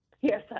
yes